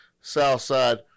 Southside